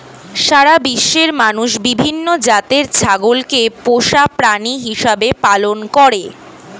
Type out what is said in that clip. সারা বিশ্বের মানুষ বিভিন্ন জাতের ছাগলকে পোষা প্রাণী হিসেবে পালন করে